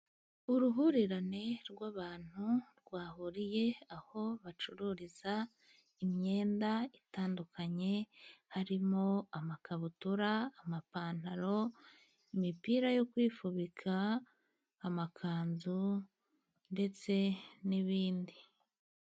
Uruhurirane rw'abantu, rwahuriye aho bacururiza imyenda itandukanye, harimo amakabutura, amapantaro, imipira yo kwifubika, amakanzu, ndetse n'ibindi.